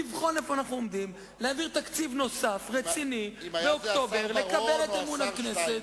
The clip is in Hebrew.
ובהיבט הזה מדובר בהסכם שהוא על גבול הבלתי-לגיטימי,